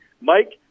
Mike